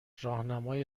راهنمای